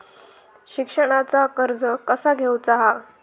शिक्षणाचा कर्ज कसा घेऊचा हा?